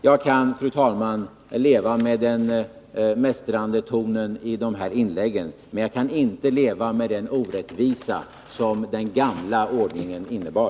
Jag kan, fru talman, leva med den mästrande tonen i vissa av inläggen här, men jag kan inte leva med den orättvisa som den gamla ordningen innebar.